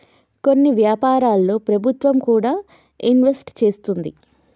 కొన్ని వ్యాపారాల్లో ప్రభుత్వం కూడా ఇన్వెస్ట్ చేస్తుంది